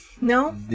No